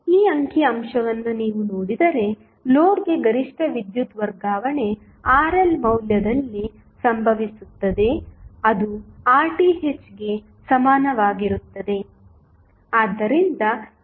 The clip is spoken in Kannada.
ಈ ಅಂಕಿ ಅಂಶವನ್ನು ನೀವು ನೋಡಿದರೆ ಲೋಡ್ಗೆ ಗರಿಷ್ಠ ವಿದ್ಯುತ್ ವರ್ಗಾವಣೆ RL ಮೌಲ್ಯದಲ್ಲಿ ಸಂಭವಿಸುತ್ತದೆ ಅದು RThಗೆ ಸಮಾನವಾಗಿರುತ್ತದೆ